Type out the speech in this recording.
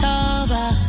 over